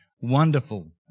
wonderful